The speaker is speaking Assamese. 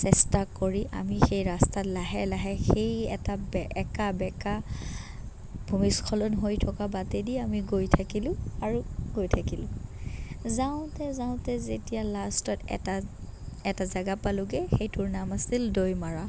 চেষ্টা কৰি আমি সেই ৰাস্তাত লাহে লাহে সেই এটা একা বেকা ভূমিস্খলন হৈ থকা বাটেদি আমি গৈ থাকিলোঁ আৰু গৈ থাকিলোঁ যাওঁতে যাওঁতে যেতিয়া লাষ্টত এটা এটা জেগা পালোঁগৈ সেইটোৰ নাম আছিল দৈমাৰা